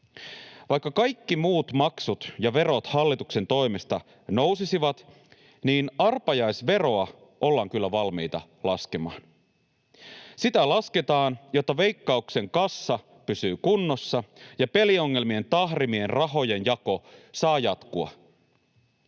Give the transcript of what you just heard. Vaikka kaikki muut maksut ja verot hallituksen toimesta nousisivat, niin arpajaisveroa ollaan kyllä valmiita laskemaan. Sitä lasketaan, jotta Veikkauksen kassa pysyy kunnossa ja peliongelmien tahrimien rahojen jako saa jatkua.